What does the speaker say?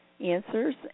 answers